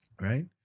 right